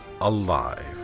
alive